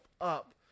up